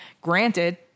Granted